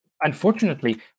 unfortunately